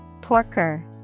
Porker